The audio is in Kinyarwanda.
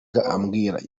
abwirwa